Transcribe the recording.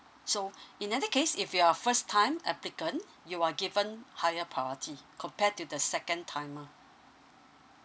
so in other case if you are first time applicant you are given higher priority compare to the second timer